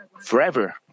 forever